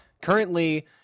currently